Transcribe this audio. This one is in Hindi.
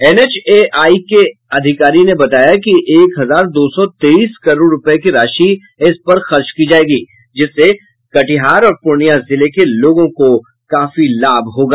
एनएच एआई के एक अधिकारी ने बताया कि एक हजार दो सौ तेईस करोड़ रूपये की राशि इस पर खर्च की जायेगी जिससे कटिहार और पूर्णिया जिले के लोगों को इसका लाभ मिलेगा